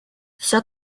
все